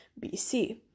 BC